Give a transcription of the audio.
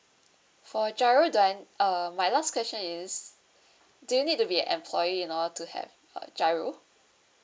for GIRO do I uh my last question is do you need to be an employee you know to have uh GIRO